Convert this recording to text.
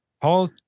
paul